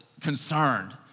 concerned